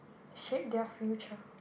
shape their future